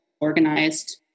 organized